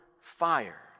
fire